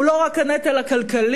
הוא לא רק הנטל הכלכלי